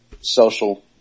social